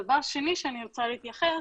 דבר שני שאני רוצה להתייחס